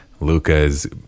Luca's